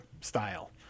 style